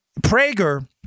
Prager